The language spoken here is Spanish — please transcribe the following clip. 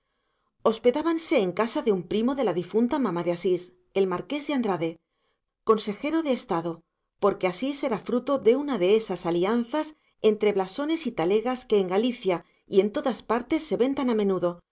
sacramental hospedábanse en casa de un primo de la difunta mamá de asís el marqués de andrade consejero de estado porque asís era fruto de una de esas alianzas entre blasones y talegas que en galicia y en todas partes se ven tan a menudo